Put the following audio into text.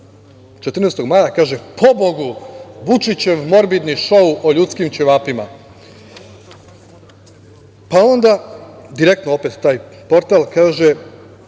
14. maja, kaže – pobogu Vučićev morbidni šou o ljudskim ćevapima. Pa, onda „Direktno“, opet taj portal kaže